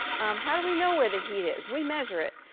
how do we know where the heat is? we measure it.